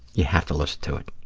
you have to listen to it.